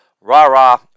rah-rah